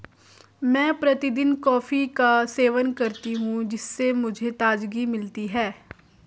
मैं प्रतिदिन कॉफी का सेवन करती हूं जिससे मुझे ताजगी मिलती है